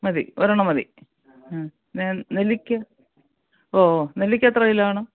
മതി ഒരെണ്ണം മതി ഞാൻ നെല്ലിക്കയോ ഓ ഓ നെല്ലിക്ക എത്ര കിലോ വേണം